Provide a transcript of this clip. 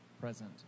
present